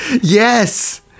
yes